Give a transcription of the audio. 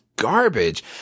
garbage